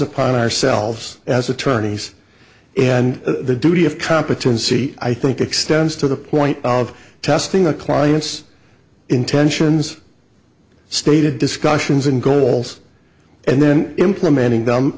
upon ourselves as attorneys and the duty of competency i think extends to the point of testing a client's intentions stated discussions and goals and then implementing them